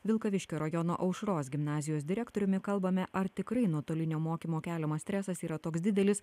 vilkaviškio rajono aušros gimnazijos direktoriumi kalbame ar tikrai nuotolinio mokymo keliamas stresas yra toks didelis